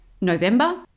November